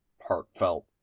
heartfelt